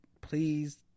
Please